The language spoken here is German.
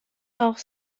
auch